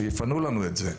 שיפנו לנו את זה.